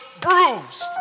bruised